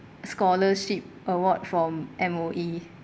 scholarship award from M_O_E